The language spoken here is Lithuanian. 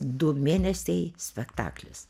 du mėnesiai spektaklis